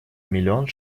миллион